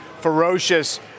ferocious